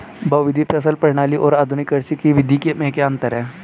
बहुविध फसल प्रणाली और आधुनिक कृषि की विधि में क्या अंतर है?